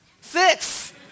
six